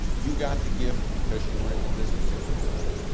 you got the gift because you were in the business interaction.